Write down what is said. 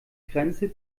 grenze